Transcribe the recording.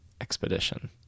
expedition